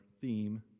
theme